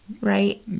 Right